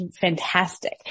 fantastic